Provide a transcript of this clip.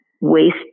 waste